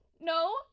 No